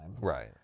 Right